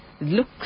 look